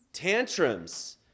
Tantrums